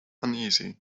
uneasy